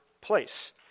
place